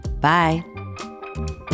Bye